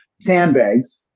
sandbags